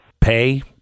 pay